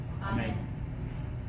Amen